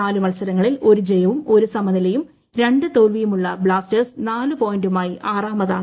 നാലു മത്സരങ്ങളിൽ ഒരു ജയവും ഒരു സമനിലയും രണ്ടും ത്യോൽവിയുമുള്ള ബ്ലാസ്റ്റേഴ്സ് നാലു പോയിന്റുമായി ആറാമതാണ്